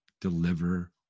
deliver